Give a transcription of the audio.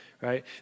right